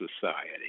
Society